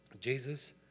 Jesus